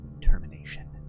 termination